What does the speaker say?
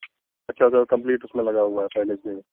अच्छा तो कम्प्लीट उसमें लगा हुआ है पहले से